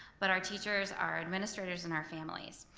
but our teachers, our administrators, and our families.